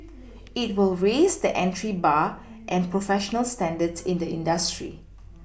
it will raise the entry bar and professional standards in the industry